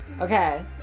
okay